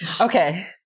Okay